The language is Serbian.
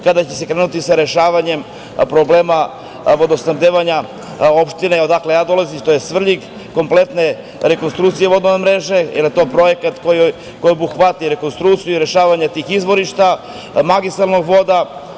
Kada će se krenuti sa rešavanjem problema vodosnabdevanja opštine odakle ja dolazim tj. Svrljig, kompletne rekonstrukcije, vodovodne mreže i na tome projekat koji obuhvata rekonstrukciju i rešavanje tih izvorišta, magistralnih voda?